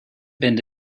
bend